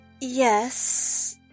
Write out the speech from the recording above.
Yes